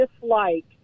dislike